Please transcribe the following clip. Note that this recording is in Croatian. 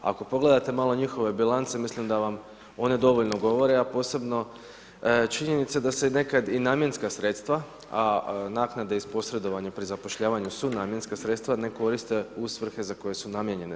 Ako pogledate malo njihove bilance mislim da vam one dovoljno govore, a posebno činjenica da se nekada i namjenska sredstva, a naknade iz posredovanja pri zapošljavanju su namjenska sredstva, ne koriste u svrhe za koje su namijenjene.